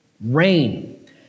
rain